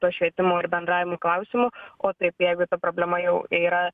to švietimo ir bendravimo klausimu o taip tai jeigu ta problema jau yra